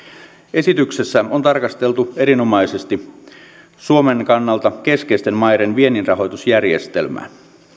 esityksessä on tarkasteltu erinomaisesti suomen kannalta keskeisten maiden vienninrahoitusjärjestelmää